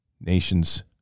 nation's